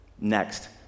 Next